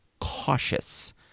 cautious